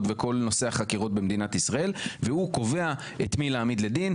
וכל נושא החקירות במדינת ישראל והוא קובע את מי להעמיד לדין,